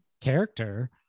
character